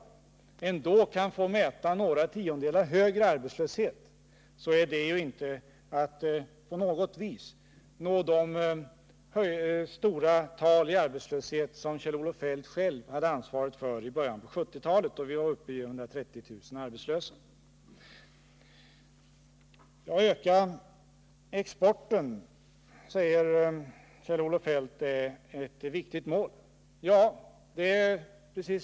Men även om det blir en viss höjning av arbetslösheten, kommer den förhoppningsvis inte upp i de höga tal som Kjell-Olof Feldt själv fick notera i början av 1970-talet då den socialdemokratiska regeringen hade ansvaret. Arbetslösheten var då uppe i 130 000. Kjell-Olof Feldt säger att det är ett viktigt mål att vi ökar exporten.